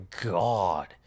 god